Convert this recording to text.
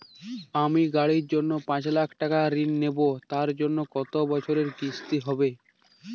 আমি গাড়ির জন্য পাঁচ লক্ষ টাকা ঋণ নেবো তার জন্য কতো বছরের কিস্তি হবে?